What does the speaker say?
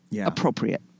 appropriate